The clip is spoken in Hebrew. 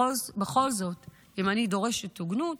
בכל זאת, אם אני דורשת הוגנות,